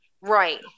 Right